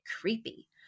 creepy